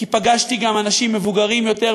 כי פגשתי גם אנשים מבוגרים יותר,